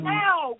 now